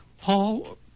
Paul